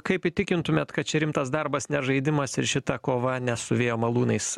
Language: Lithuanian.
kaip įtikintumėt kad čia rimtas darbas ne žaidimas ir šita kova ne su vėjo malūnais